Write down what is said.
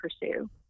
pursue